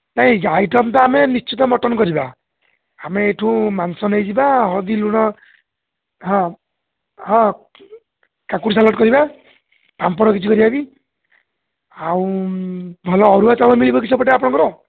ନାଇଁ ଆଇଟମ୍ ତ ଆମେ ନିଶ୍ଚିତ ମଟନ୍ କରିବା ଆମେ ଏଇଠୁ ମାଂସ ନେଇଯିବା ହଳଦୀ ଲୁଣ ହଁ ହଁ କାକୁଡ଼ି ସାଲାଡ଼୍ କରିବା ପାମ୍ପଡ଼ କିଛି କରିବା ବିି ଆଉ ଭଲ ଅରୁଆ ଚାଉଳ ମିଳିବ କି ସେପଟେ ଆପଣଙ୍କର